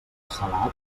salat